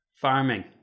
Farming